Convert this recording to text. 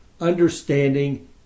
understanding